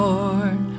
Lord